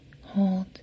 hold